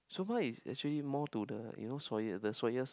so far is actually more to the you know soya the soyas